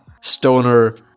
stoner